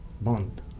bond